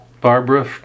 Barbara